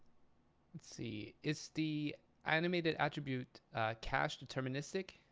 let's see. is the animated attribute cache deterministic?